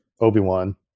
Obi-Wan